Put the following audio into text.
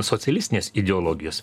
socialistinės ideologijos